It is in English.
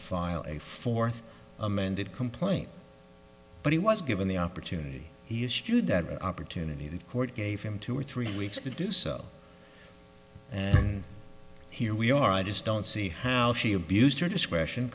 file a fourth amended complaint but he was given the opportunity he issued that opportunity the court gave him two or three weeks to do so and here we are i just don't see how she abused her discretion